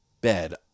bed